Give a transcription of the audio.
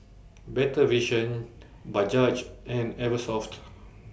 Better Vision Bajaj and Eversoft